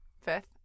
Fifth